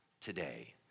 today